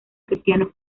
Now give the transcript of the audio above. cristianos